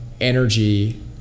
energy